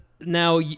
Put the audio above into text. now